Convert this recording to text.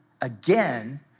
again